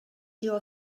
your